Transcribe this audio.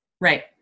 Right